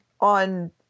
on